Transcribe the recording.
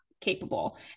capable